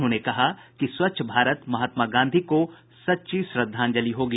उन्होंने कहा कि स्वच्छ भारत महात्मा गांधी को सच्ची श्रद्धांजलि होगी